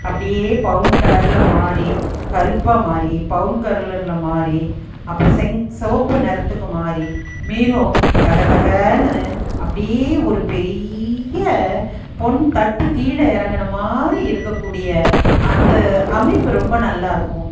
அப்படியே பௌன் கலரில் மாறி கருப்பாக மாறி பௌன் கர்லரில் மாறி அப்புறோம் செங் செவப்பு நிறத்துக்கு மாறி மீரும் தக தகன்னு அப்படியே ஒரு பெரிய பொன் தட்டு கீழே இறங்கன மாறி இருக்கக்கூடிய அந்த அமைப்பு ரொம்ப நல்லாயிருக்கும்